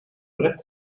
brett